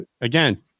again